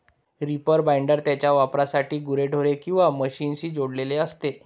reaper binder त्याच्या वापरासाठी गुरेढोरे किंवा मशीनशी जोडलेले असते